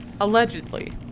allegedly